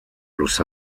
los